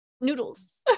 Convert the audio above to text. noodles